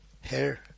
hair